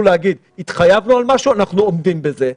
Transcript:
לומר שהן התחייבו על משהו והן עומדות בזה.